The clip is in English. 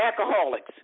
alcoholics